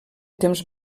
temps